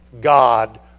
God